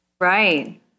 Right